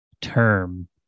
Term